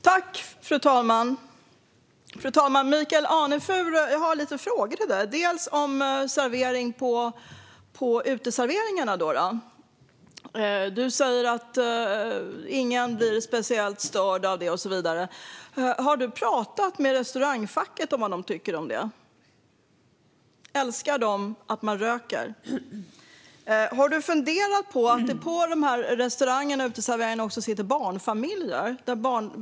Fru talman! Jag har lite frågor till dig, Michael Anefur, bland annat om rökning på uteserveringar. Du säger att ingen blir speciellt störd av det och så vidare. Har du pratat med Hotell och restaurangfacket om vad de tycker om det? Älskar de att man röker? Har du funderat på att det på restaurangernas uteserveringar också sitter barnfamiljer?